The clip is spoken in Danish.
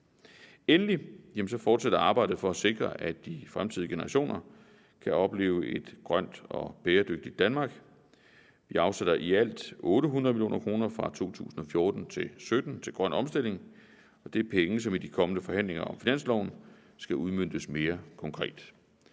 Endelig fortsætter arbejdet for at sikre, at de fremtidige generationer kan opleve et grønt og bæredygtigt Danmark. Vi afsætter i alt 800 mio. kr. fra 2014 til 2017 til grøn omstilling. Det er penge, som i de kommende forhandlinger om finansloven skal udmøntes mere konkret.